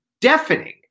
deafening